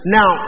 Now